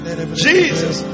Jesus